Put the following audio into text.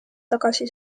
tagasi